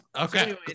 Okay